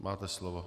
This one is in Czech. Máte slovo.